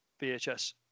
VHS